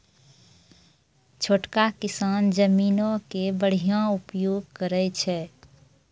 छोटका किसान जमीनो के बढ़िया उपयोग करै छै